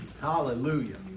Hallelujah